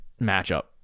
matchup